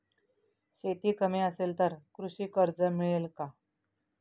शेती कमी असेल तर कृषी कर्ज मिळेल का?